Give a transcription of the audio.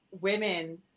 women